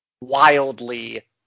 wildly